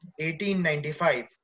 1895